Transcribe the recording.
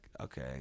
okay